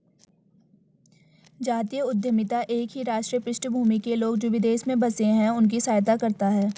जातीय उद्यमिता एक ही राष्ट्रीय पृष्ठभूमि के लोग, जो विदेश में बसे हैं उनकी सहायता करता है